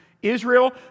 Israel